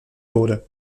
wurde